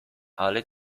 ale